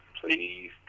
please